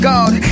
God